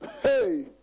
Hey